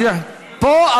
פה.